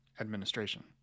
administration